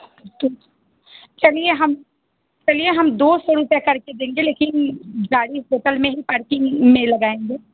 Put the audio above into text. तो चलिए हम चलिए हम दो सौ रुपये कर के देंगे लेकिन गाड़ी होटल में ही पार्किंग में लगाएँगे